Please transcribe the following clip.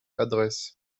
adresses